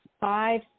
five